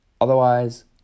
Otherwise